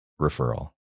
referral